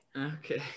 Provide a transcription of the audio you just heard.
Okay